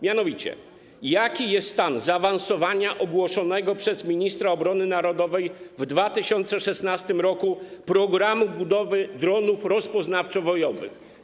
Mianowicie: Jaki jest stan zaawansowania ogłoszonego przez ministra obrony narodowej w 2016 r. programu budowy dronów rozpoznawczo-bojowych?